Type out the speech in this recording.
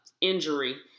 injury